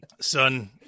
son